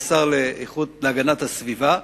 השר להגנת הסביבה,